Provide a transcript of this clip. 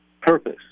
Purpose